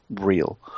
real